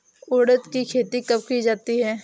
उड़द की खेती कब की जाती है?